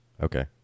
Okay